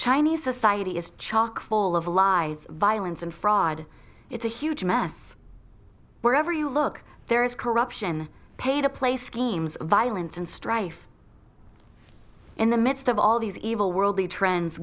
chinese society is chock full of lies violence and fraud its a huge mess wherever you look there is corruption pay to play schemes of violence and strife in the midst of all these evil worldly trends